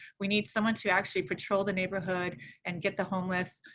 we need someone to actually patrol the neighborhood and get the homeless.